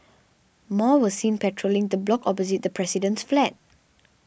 more were seen patrolling the block opposite the president's flat